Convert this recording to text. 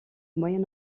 moyen